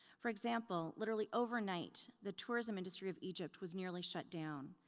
for example, literally overnight, the tourism industry of egypt was nearly shut down.